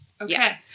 Okay